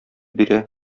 бирә